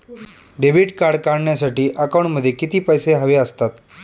Debit card काढण्यासाठी अकाउंटमध्ये किती पैसे हवे असतात?